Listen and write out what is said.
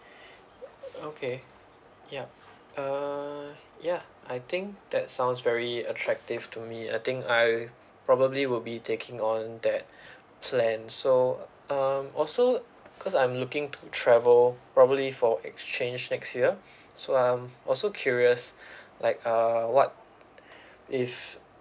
okay yup uh ya I think that sounds very attractive to me I think I probably will be taking on that plan so um also cause I'm looking to travel probably for exchange next year so I'm also curious like uh what if